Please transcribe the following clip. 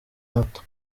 hato